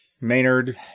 Maynard